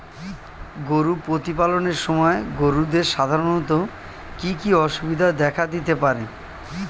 গরু প্রতিপালনের সময় গরুদের সাধারণত কি কি অসুবিধা দেখা দিতে পারে?